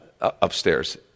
upstairs